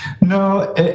No